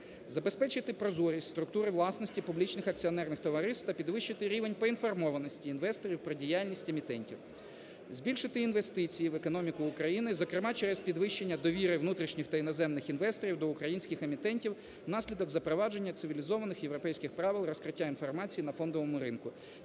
Забезпечити прозорість структури власності публічних акціонерних товариств та підвищити рівень поінформованості інвесторів про діяльність емітентів. Збільшити інвестиції в економіку України, зокрема через підвищення довіри внутрішніх та іноземних інвесторів до українських емітентів внаслідок запровадження цивілізованих європейських правил розкриття інформації на фондовому ринку